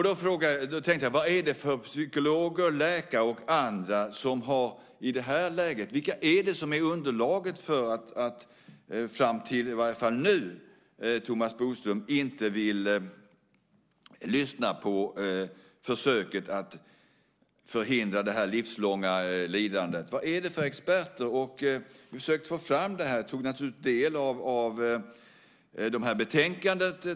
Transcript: Då undrar jag vad det är för psykologer, läkare och andra som är underlaget för att Thomas Bodström, i alla fall fram till nu, inte vill lyssna på förslaget att förhindra det här livslånga lidandet. Vad är det för experter? Jag försökte få fram detta och tog naturligtvis del av det här betänkandet.